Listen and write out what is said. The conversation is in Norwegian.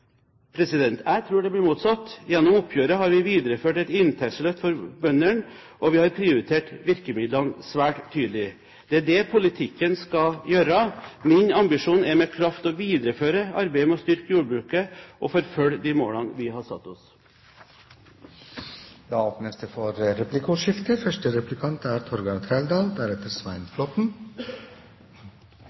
Jeg tror det blir motsatt. Gjennom oppgjøret har vi videreført et inntektsløft for bøndene. Og vi har prioritert virkemidlene svært tydelig. Det er det politikken skal gjøre. Min ambisjon er med kraft å videreføre arbeidet med å styrke jordbruket og forfølge de målene vi har satt oss. Det åpnes for replikkordskifte.